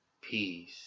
Peace